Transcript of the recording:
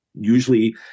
usually